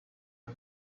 him